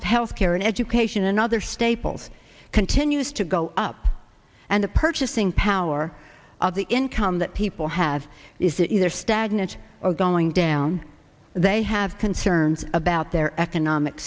of health care and education and other staples continues to go up and the purchasing power of the income that people have is that either stagnant or going down they have concerns about their economic